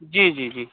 जी जी जी